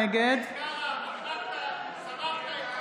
נגד אביר קארה, שרפת את כל הגשרים.